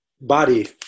Body